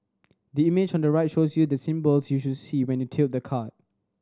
the image on the right shows you the symbols you should see when you tilt the card